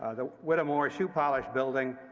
ah the whittemore shoe polish building,